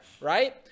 right